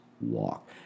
walk